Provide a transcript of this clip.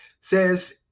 says